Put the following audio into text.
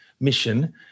mission